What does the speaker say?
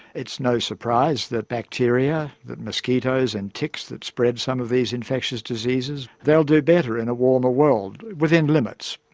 it's no surprise that bacteria, that mosquitoes and ticks that spread some of these infectious diseases, they'll do better in a warmer world, within limits.